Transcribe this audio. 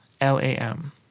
L-A-M